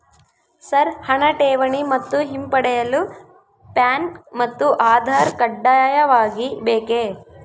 Sir ಹಣ ಠೇವಣಿ ಮತ್ತು ಹಿಂಪಡೆಯಲು ಪ್ಯಾನ್ ಮತ್ತು ಆಧಾರ್ ಕಡ್ಡಾಯವಾಗಿ ಬೇಕೆ?